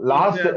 Last